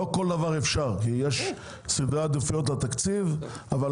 יש סדרי עדיפויות לתקציב ולא כל דבר הוא אפשרי,